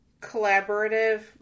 collaborative